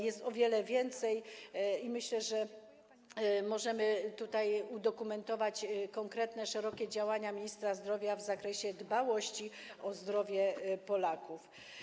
Jest tego o wiele więcej i myślę, że możemy udokumentować konkretne szerokie działania ministra zdrowia w zakresie dbałości o zdrowie Polaków.